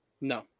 No